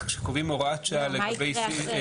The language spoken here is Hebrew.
היא תגיד את